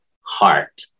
heart